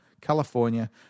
California